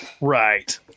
right